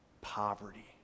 poverty